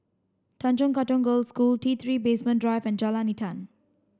Tanjong Katong Girls' School T three Basement Drive and Jalan Intan